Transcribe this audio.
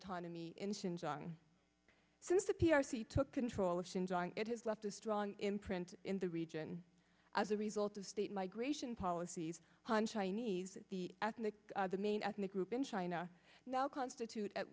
changing since the p r c took control of it has left a strong imprint in the region as a result of state migration policies on chinese the ethnic the main ethnic group in china now constitute at